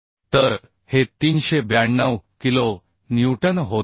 तर हे 392 kilo newton होत आहे